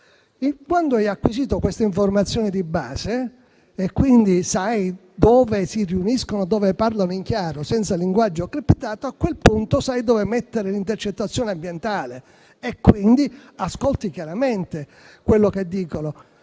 Quando hai acquisito queste informazioni di base e quindi sai dove si riuniscono e dove parlano in chiaro, senza linguaggio criptato, a quel punto sai dove mettere l'intercettazione ambientale e quindi ascolti chiaramente quello che dicono.